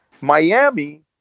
Miami